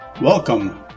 Welcome